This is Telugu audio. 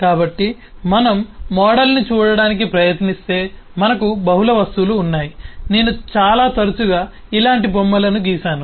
కాబట్టి మనం మోడల్ను చూడటానికి ప్రయత్నిస్తే మనకు బహుళ వస్తువులు ఉన్నాయి నేను చాలా తరచుగా ఇలాంటి బొమ్మలను గీసాను